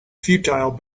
futile